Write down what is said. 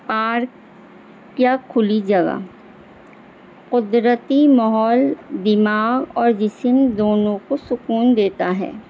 park یا کھلی جگہ قدرتی ماحول دماغ اور جسم دونوں کو سکون دیتا ہے